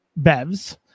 BEVs